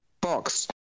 box